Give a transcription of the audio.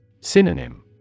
Synonym